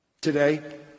today